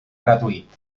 gratuït